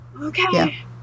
okay